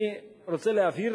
אני רוצה להבהיר: